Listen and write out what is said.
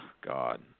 God